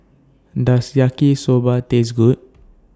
Does Yaki Soba Taste Good